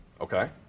okay